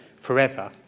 forever